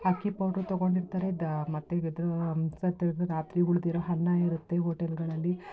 ಅಕ್ಕಿ ಪೌಡ್ರು ತಗೊಂಡಿರ್ತಾರೆ ದ ಮತ್ತು ಗದೂ ರಾತ್ರಿ ಉಳಿದಿರೋ ಅನ್ನ ಇರುತ್ತೆ ಹೋಟೆಲ್ಗಳಲ್ಲಿ